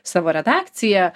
savo redakciją